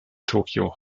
tokio